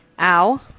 Ow